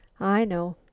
i know.